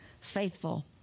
Faithful